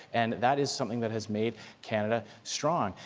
and that is something that has made canada strong.